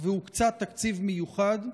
והוקצה תקציב מיוחד?